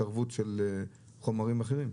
תרבות של חומרים אחרים.